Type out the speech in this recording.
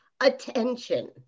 attention